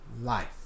life